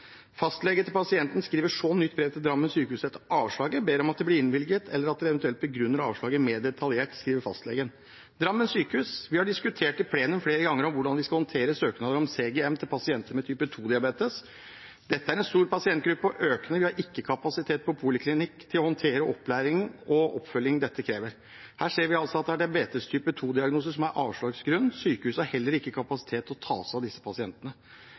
skriver så nytt brev til Drammen sykehus etter avslaget og ber om at det blir innvilget, eller at man eventuelt begrunner avslaget mer detaljert. Drammen sykehus skriver så: Vi har diskutert i plenum flere ganger hvordan vi skal håndtere søknader om CGM til pasienter med type 2-diabetes. Dette er en stor pasientgruppe og økende. Vi har ikke kapasitet på poliklinikk til å håndtere den opplæring og oppfølging dette krever. Her ser vi altså at det er diabetes type 2-diagnose som er avslagsgrunn. Sykehuset har heller ikke kapasitet til å ta seg av disse pasientene.